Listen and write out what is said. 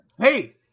hey